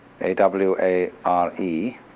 A-W-A-R-E